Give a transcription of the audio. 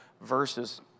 verses